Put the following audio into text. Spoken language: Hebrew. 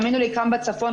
כאן בצפון,